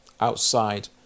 outside